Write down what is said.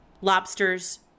lobsters